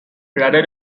rather